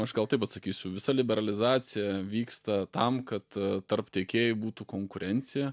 aš gal taip atsakysiu visa liberalizacija vyksta tam kad tarp tiekėjų būtų konkurencija